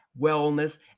wellness